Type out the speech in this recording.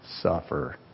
suffer